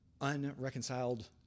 unreconciled